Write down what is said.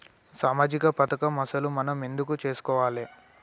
సామాజిక పథకం అసలు మనం ఎందుకు చేస్కోవాలే?